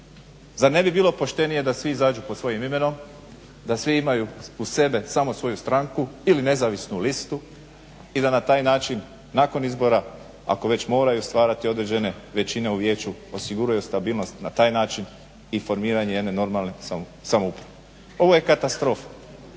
Zar ne bi bilo poštenije da svi izađu pod svojim imenom, da svi imaju uz sebe samo svoju stranku ili nezavisnu listu i da na taj način nakon izbora ako već moraju stvarati određene većine u Vijeću osiguraju stabilnost na taj način i formiranje jedne normalne samouprave. Ovo je katastrofa.